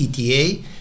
ETA